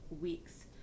weeks